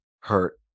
hurt